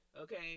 okay